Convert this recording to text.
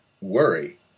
worry